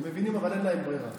הם מבינים, אבל אין להם ברירה.